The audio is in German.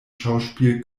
schauspiel